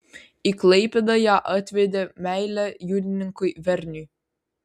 į klaipėdą ją atvedė meilė jūrininkui verniui